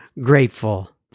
grateful